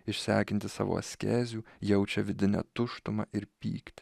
išsekinti savo askezių jaučia vidinę tuštumą ir pykt